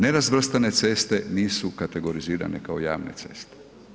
Nerazvrstane ceste nisu kategorizirane kao javne ceste.